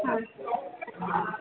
ಹಾಂ